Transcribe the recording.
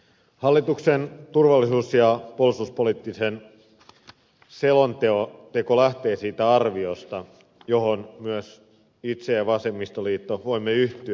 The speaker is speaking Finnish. hallituksen turvallisuus ja puolustuspoliittinen selonteko lähtee siitä arviosta johon voin myös itse ja vasemmistoliitto voi yhtyä